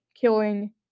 killing